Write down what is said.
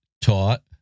taught